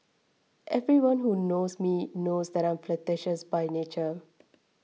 everyone who knows me knows that I am flirtatious by nature